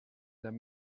there